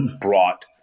brought